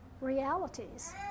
realities